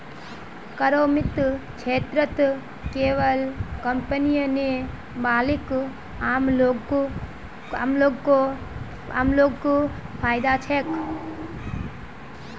करमुक्त क्षेत्रत केवल कंपनीय नी बल्कि आम लो ग को फायदा छेक